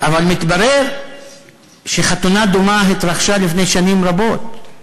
אבל מתברר שחתונה דומה התרחשה לפני שנים רבות.